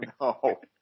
No